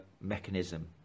mechanism